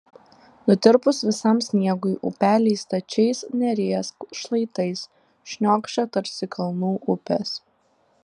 nutirpus visam sniegui upeliai stačiais neries šlaitais šniokščia tarsi kalnų upės